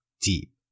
deep